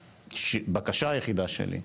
הבקשה היחידה שלי,